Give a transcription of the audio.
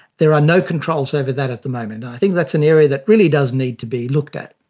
there are no controls over that at the moment. i think that's an area that really does need to be looked at.